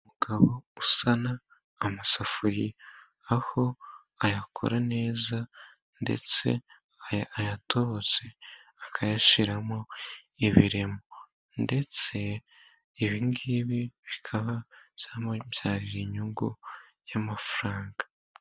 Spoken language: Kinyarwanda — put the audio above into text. Umugabo usana amasafuriya, aho ayakora neza ndetse ayatobotse, akayashyiramo ibiremo ndetse ibingibi bikaba byamubyarira inyungu y'amafaranga.